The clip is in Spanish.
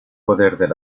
poder